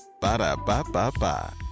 Ba-da-ba-ba-ba